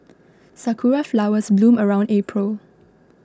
sakura flowers bloom around April